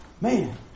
Man